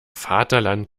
vaterland